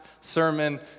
sermon